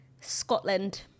Scotland